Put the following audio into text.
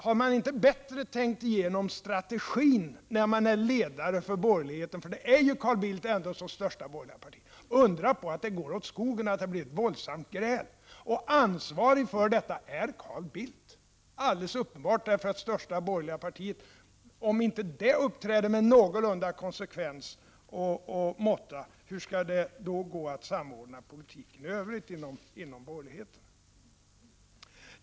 Har man inte bättre tänkt igenom strategin när man är ledare för borgerligheten — vilket Carl Bildt ändå är som ledare för det största borgerliga partiet — så undra på att det går åt skogen och att det blir ett våldsamt gräl! Ansvarig för detta är Carl Bildt. Det är uppenbart, för om inte det största borgerliga partiet uppträder med någorlunda konsekvens och måtta, hur skall det då gå att samordna politiken i övrigt inom borgerligheten?